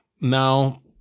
now